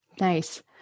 Nice